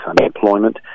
unemployment